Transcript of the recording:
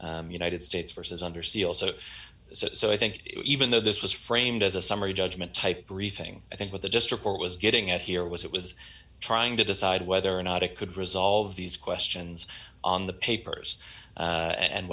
decision united states versus under seal so so i think even though this was framed as a summary judgment type briefing i think what the just report was getting at here was it was trying to decide whether or not it could resolve these questions on the papers